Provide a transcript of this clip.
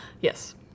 Yes